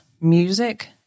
music